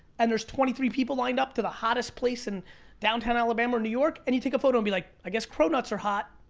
and there's twenty three people lined up to the hottest place in downtown alabama or new york, and you take a photo and be like i guess cronuts are hot.